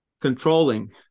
controlling